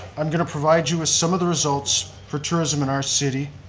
i'm going to provide you a sum of the results for tourism in our city.